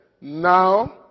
Now